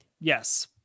Yes